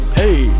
hey